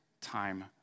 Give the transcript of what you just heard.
time